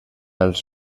els